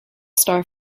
star